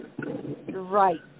Right